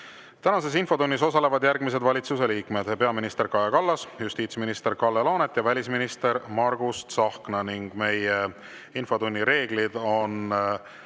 Tänases infotunnis osalevad järgmised valitsuse liikmed: peaminister Kaja Kallas, justiitsminister Kalle Laanet ja välisminister Margus Tsahkna. Meie infotunni reeglid on